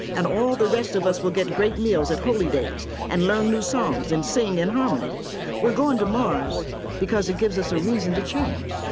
and all the rest of us will get great meals at holydays and learn new songs and sing in harmony we're going to mars because it gives us a reason to change.